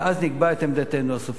ואז נקבע את עמדתנו הסופית.